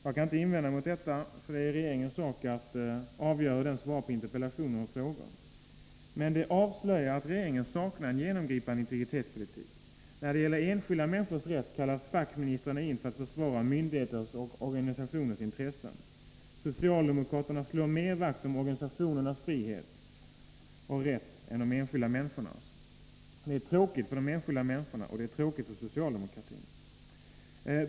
Jag kan inte invända mot detta, för det är regeringens sak att avgöra hur den svarar på interpellationer och frågor. Men det avslöjar att regeringen saknar en genomgripande integritetspolitik. När det gäller enskilda människors rätt kallas fackministrarna in för att försvara myndigheters och organisationers intressen. Socialdemokraterna slår mer vakt om organisationernas frihet och rätt än om de enskilda människornas. Det är tråkigt för de enskilda människorna, och det är tråkigt för socialdemokratin.